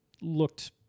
looked